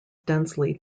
densely